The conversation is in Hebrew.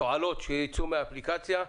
תועלות שייצאו מהאפליקציה,